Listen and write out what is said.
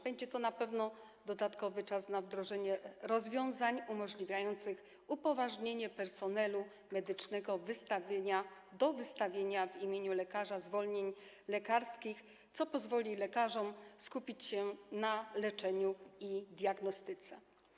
Będzie to na pewno dodatkowy czas na wdrożenie rozwiązań umożliwiających upoważnienie personelu medycznego do wystawiania w imieniu lekarza zwolnień lekarskich, co pozwoli lekarzom skupić się na leczeniu i diagnostyce.